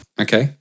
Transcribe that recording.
Okay